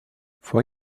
four